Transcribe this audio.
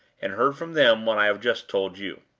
and heard from them what i have just told you.